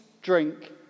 drink